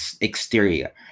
exterior